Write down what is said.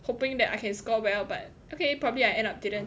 hoping that I can score well but okay probably I end up didn't